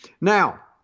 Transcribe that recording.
Now